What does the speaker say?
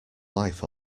life